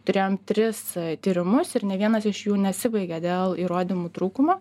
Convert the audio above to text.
turėjom tris tyrimus ir ne vienas iš jų nesibaigė dėl įrodymų trūkumo